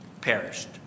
perished